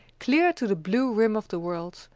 clear to the blue rim of the world,